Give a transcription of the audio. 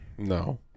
No